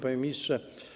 Panie Ministrze!